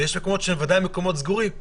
ויש מקומות שהם מקומות סגורים,